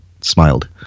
smiled